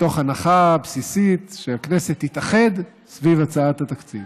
מתוך הנחה בסיסית שהכנסת תתאחד סביב הצעת התקציב.